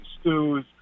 stews